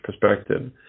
perspective